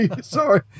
sorry